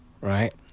right